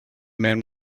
man